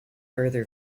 further